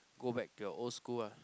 go back to your old school ah